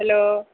hello